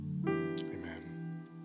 Amen